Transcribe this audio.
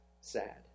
sad